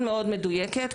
תודה.